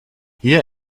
hier